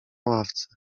ławce